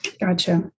Gotcha